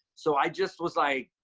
so i just was like,